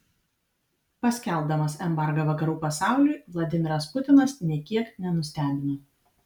paskelbdamas embargą vakarų pasauliui vladimiras putinas nė kiek nenustebino